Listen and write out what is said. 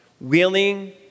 willing